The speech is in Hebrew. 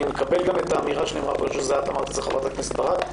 אני מקבל גם את האמירה שנאמרה פה על ידי חברת הכנסת ברק,